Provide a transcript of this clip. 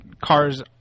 cars